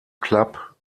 club